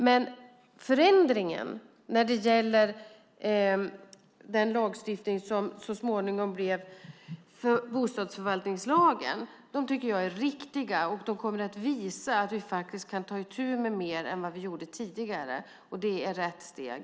Men förändringarna när det gäller den lagstiftning som så småningom blev bostadsförvaltningslagen tycker jag är riktiga. De kommer att visa att vi faktiskt kan ta itu med mer än vi gjorde tidigare. Det är rätt steg.